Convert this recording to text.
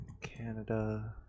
Canada